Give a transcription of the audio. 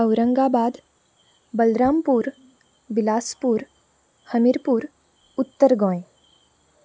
औरंगाबाद बलरामपूर विलासपूर हनीरपूर उत्तर गोंय